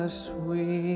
sweet